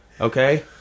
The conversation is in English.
Okay